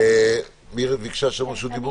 מי ביקשה רשות דיבור?